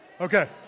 Okay